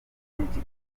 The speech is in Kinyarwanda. n’iki